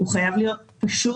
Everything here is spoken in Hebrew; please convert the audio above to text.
הוא חייב להיות פשוט.